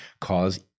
cause